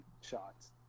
shots